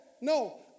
No